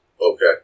Okay